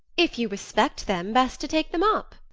if you respect them, best to take them up.